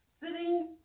Sitting